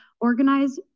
organize